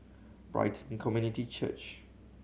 Brighton Community Church